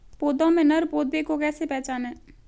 पौधों में नर पौधे को कैसे पहचानें?